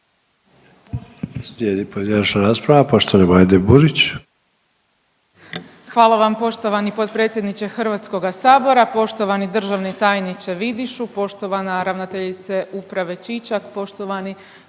Hvala vam poštovani potpredsjedniče Hrvatskoga sabora, poštovani državni tajniče Vidišu, poštovana ravnateljice uprave Čičak, poštovane